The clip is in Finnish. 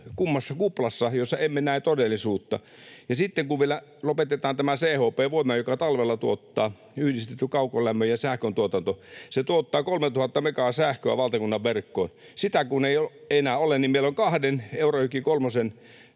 kummassa kuplassa, jossa emme näe todellisuutta. Ja sitten kun vielä lopetetaan tämä CHP-voima — yhdistetty kaukolämmön ja sähkön tuotanto —, joka talvella tuottaa 3 000 megaa sähköä valtakunnan verkkoon, eli kun sitä ei enää ole, niin meillä on kahden Eurajoki kolmosen